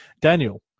Daniel